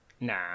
Nah